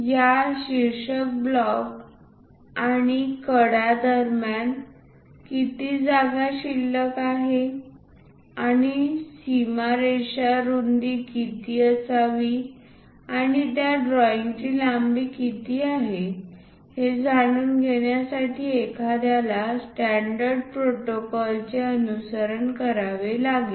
या शीर्षक ब्लॉक आणि कडा दरम्यान किती जागा शिल्लक आहे आणि सीमा रेषा रूंदी किती असावी आणि त्या ड्रॉईंगची लांबी किती आहे हे जाणून घेण्यासाठी एखाद्याला स्टॅण्डर्ड प्रोटोकॉल चे अनुसरण करावे लागेल